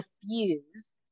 diffuse